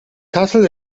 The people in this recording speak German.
kassel